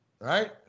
right